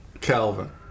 Calvin